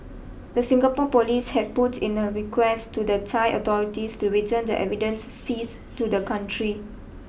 the Singapore police had put in a request to the Thai authorities to return the evidence seized to the country